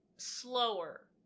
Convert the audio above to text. slower